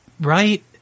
Right